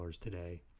today